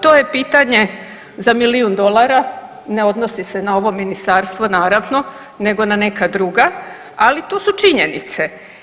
To je pitanje za milijun dolara, ne odnosi se na ovo ministarstvo naravno, nego na neka druga, ali to su činjenice.